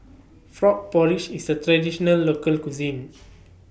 Frog Porridge IS A Traditional Local Cuisine